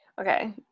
Okay